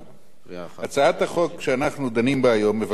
הצעת החוק שאנחנו דנים בה היום מבקשת לקבוע כי